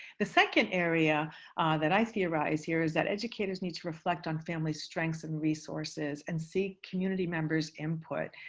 the second area that i theorize here is that educators need to reflect on family strengths and resources and seek community members' input.